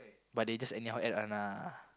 but they just anyhow add one ah